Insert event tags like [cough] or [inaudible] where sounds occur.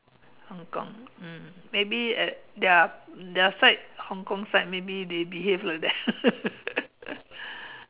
Hong-Kong mm maybe at their their side Hong-Kong side maybe they behave like that [laughs]